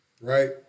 right